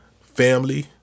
family